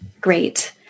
Great